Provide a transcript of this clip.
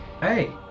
Hey